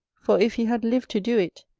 for if he had lived to do it,